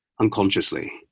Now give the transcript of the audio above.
unconsciously